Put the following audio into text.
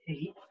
eight